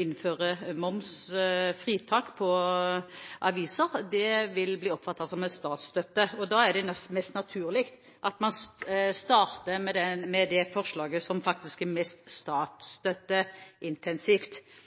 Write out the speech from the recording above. innføre momsfritak på aviser, vil bli oppfattet som statsstøtte. Da er det mest naturlig at en starter med det forslaget som er mest